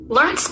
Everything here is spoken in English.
Learn